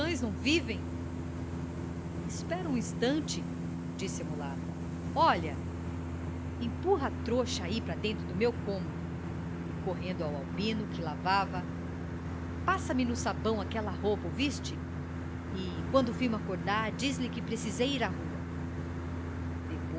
cães não vivem espere um instante disse a mulata olha empurra a trouxa ai para dentro do meu cômodo e correndo ao albino que lavava passa-me no sabão aquela roupa ouviste e quando firmo acordar diz-lhe que precisei ir a rua depois